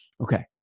Okay